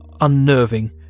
unnerving